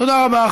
תודה רבה.